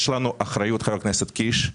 חבר הכנסת קיש,